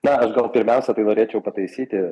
na aš gal pirmiausia tai norėčiau pataisyti